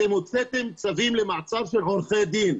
אתם הוצאתם צווים למעצר של עורכי דין.